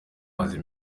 amazi